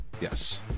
Yes